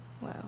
wow